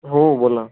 हो बोला